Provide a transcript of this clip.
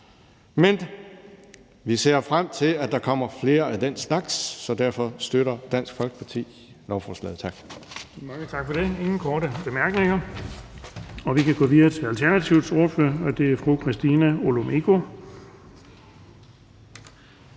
Men vi ser frem til, at der kommer flere af den slags forslag, så derfor støtter Dansk Folkeparti lovforslaget. Tak.